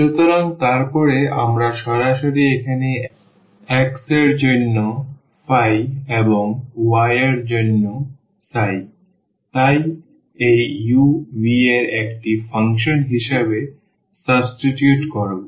এবং তারপরে আমরা সরাসরি এখানে x এর জন্য এবং y এর জন্য আমরা এই u v এর একটি ফাংশন হিসাবে সাবস্টিটিউট করব